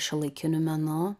šiuolaikiniu menu